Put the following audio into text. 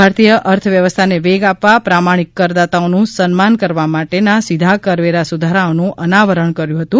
ભારતીય અર્થવ્યવસ્થાને વેગ આપવા પ્રામાણિક કરદાતાઓનું સન્માન કરવા માટેના સીધા કરવેરા સુધારાઓનું અનાવરણ કર્યુ હતું